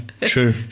true